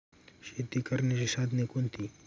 शेती करण्याची साधने कोणती?